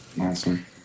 Awesome